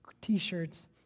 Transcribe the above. t-shirts